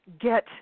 Get